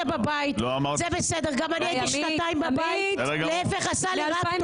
בבית --- תשאלי את חבר הכנסת אלקין,